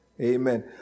amen